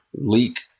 leak